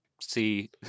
see